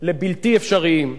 לבלתי אפשריים.